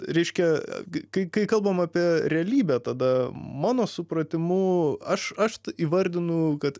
reiškia kai kai kalbam apie realybę tada mano supratimu aš aš įvardinu kad